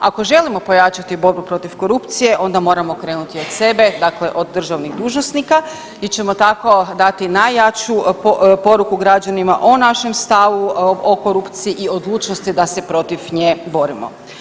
Ako želimo pojačati borbu protiv korupcije, onda moramo krenuti od sebe, dakle od državnih dužnosnika i ćemo tako dati najjaču poruku građanima o našem stavu o korupciji i odlučnosti da se protiv nje borimo.